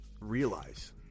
realize